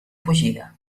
fugida